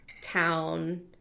town